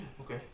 Okay